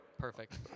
perfect